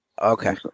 Okay